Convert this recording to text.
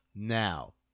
Now